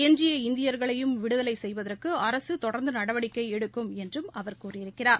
எஞ்சிய இந்தியர்களையும் விடுதலை செய்வதற்கு அரசு தொடர்ந்து நடவடிக்கை எடுக்கும் என்றும் அவர் கூறியிருக்கிறார்